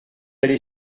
allé